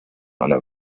einer